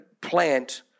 plant